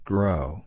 Grow